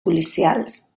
policials